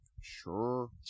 Sure